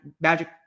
Magic